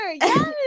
Yes